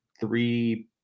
three